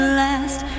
last